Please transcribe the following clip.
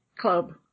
club